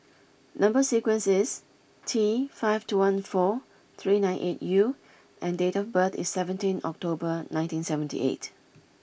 number sequence is T five two one four three nine eight U and date of birth is seventeen October nineteen seventy eight